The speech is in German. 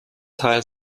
teil